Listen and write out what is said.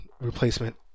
replacement